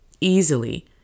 easily